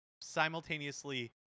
simultaneously